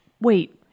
wait